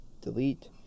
Delete